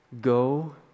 Go